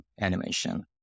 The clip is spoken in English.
animation